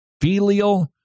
filial